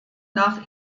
nach